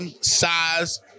size